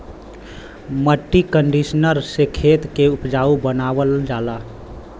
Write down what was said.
मट्टी कंडीशनर से खेत के उपजाऊ बनावल जाला